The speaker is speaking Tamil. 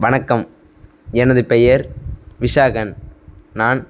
வணக்கம் எனது பெயர் விஷாகன் நான்